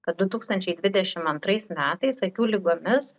kad du tūkstančiai dvidešim antrais metais akių ligomis